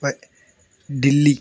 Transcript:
Delhi